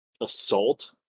Assault